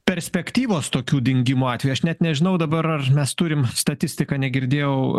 perspektyvos tokių dingimo atvejų aš net nežinau dabar ar mes turim statistiką negirdėjau